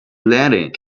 landing